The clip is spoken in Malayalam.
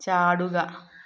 ചാടുക